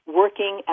working